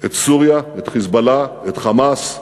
את סוריה, את "חיזבאללה", את "חמאס",